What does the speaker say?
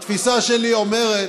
התפיסה שלנו אומרת